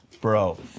Bro